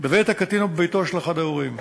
בבית הקטין או בביתו של אחד ההורים.